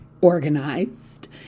organized